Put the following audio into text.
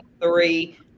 three